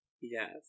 Yes